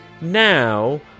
now